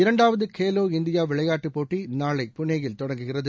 இரண்டாவது கேலோ இந்தியா விளையாட்டுப் போட்டி நாளை புனேயில் தொடங்குகிறது